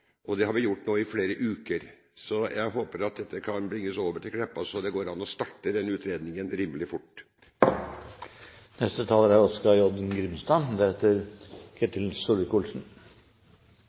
Det har vi nå gjort i flere uker. Jeg håper at dette kan bringes over til Meltveit Kleppa, slik at det går an å starte den utredningen rimelig fort.